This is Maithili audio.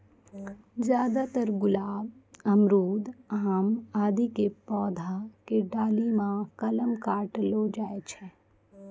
ज्यादातर गुलाब, अमरूद, आम आदि के पौधा के डाली मॅ कलम काटलो जाय छै